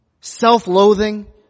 Self-loathing